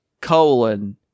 colon